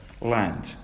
land